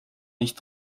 nicht